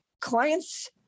clients